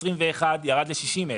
בשנת 2021 זה ירד ל-60,000.